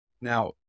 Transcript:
Now